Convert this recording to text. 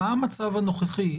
מה המצב הנוכחי?